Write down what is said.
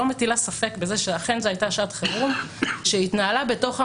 אני לא מטילה ספק שזו אכן הייתה שעת חירום שהתנהלה בתוך הממשלה.